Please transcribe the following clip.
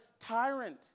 tyrant